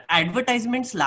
advertisements